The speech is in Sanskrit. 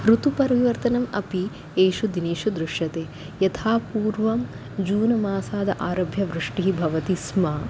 ऋतुपरिवर्तनम् अपि एषु दिनेषु दृश्यते यथा पूर्वं जून् मासाद् आरभ्य वृष्टिः भवति स्म